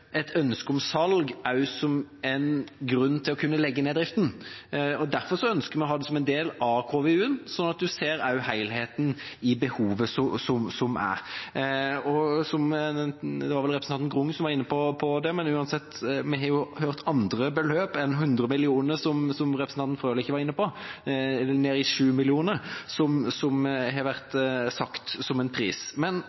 et ønske om salg også som en grunn til å kunne legge ned driften, og derfor ønsker vi å ha det som en del av KVU-en, sånn at en også ser helheten i behovet som er. Det var vel representanten Grung som var inne på det, men uansett: Vi har jo hørt andre beløp enn 100 mill. kr, som representanten Frølich var inne på – nede i 7 mill. kr har vært sagt som en pris – men